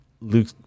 Luke